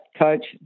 coach